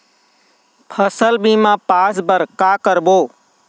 फसल बीमा पास बर का करबो?